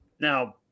Now